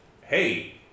hey